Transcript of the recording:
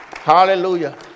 Hallelujah